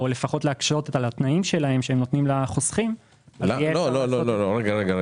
או להקשות על התנאים שהם נותנים לחוסכים --- רק רגע.